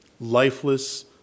lifeless